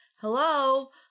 Hello